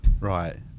Right